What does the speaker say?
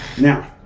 Now